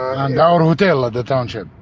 and our hotel at the township?